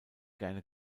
gerne